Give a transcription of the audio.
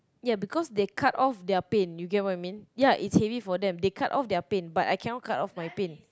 ya because they cut off their pain you get what I mean ya it's heavy for them they cut off their pain but I cannot cut off my pain